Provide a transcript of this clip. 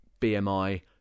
BMI